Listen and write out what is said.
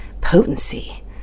Potency